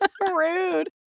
Rude